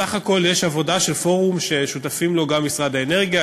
בסך הכול יש עבודה של פורום ששותפים לו גם משרד האנרגיה,